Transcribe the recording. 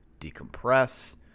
decompress